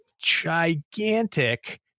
Gigantic